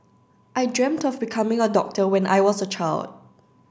I dreamt of becoming a doctor when I was a child